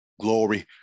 Glory